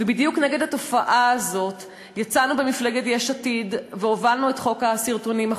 ובדיוק נגד התופעה הזו יצאנו במפלגת יש עתיד והובלנו את חוק הסרטונים,